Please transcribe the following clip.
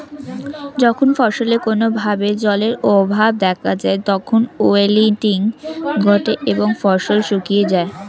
যখন ফসলে কোনো ভাবে জলের অভাব দেখা যায় তখন উইল্টিং ঘটে এবং ফসল শুকিয়ে যায়